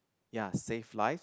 ya save lives